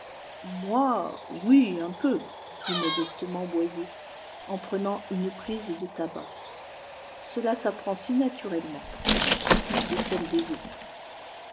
moi oui un peu dit modestement boyer en prenant une prise de tabac cela s'apprend si naturellement quand on s'occupe de celles des autres